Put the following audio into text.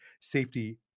Safety